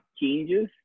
changes